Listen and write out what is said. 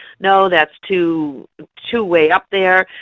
no, that's too too way up there,